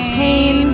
pain